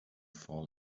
fall